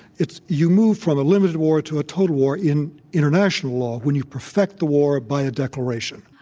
it's you move from a limited war to a total war in international law when you perfect the war by a declaration.